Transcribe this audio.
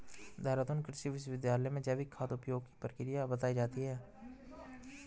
देहरादून कृषि विश्वविद्यालय में जैविक खाद उपयोग की प्रक्रिया बताई जाती है